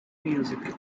music